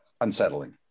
unsettling